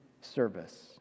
service